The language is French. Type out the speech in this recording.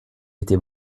était